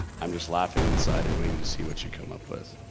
i'm just laughing inside and waiting to see what you came up with.